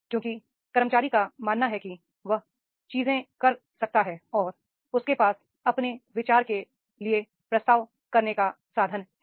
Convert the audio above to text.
क्योंकि कर्मचारी का मानना है कि वह चीजें कर सकता है और उसके पास अपने विचार के लिए प्रस्ताव करने का साधन है